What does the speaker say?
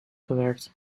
gewerkt